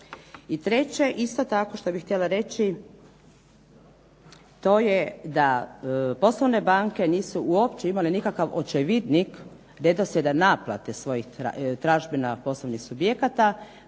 treće, isto tako što bih htjela reći to je da poslovne banke nisu uopće imale nikakav očevidnik redoslijeda naplate svojih tražbina poslovnih subjekata